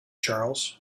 charles